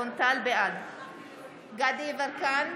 דסטה גדי יברקן,